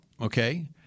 okay